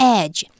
edge